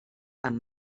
amb